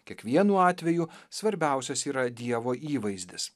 kiekvienu atveju svarbiausias yra dievo įvaizdis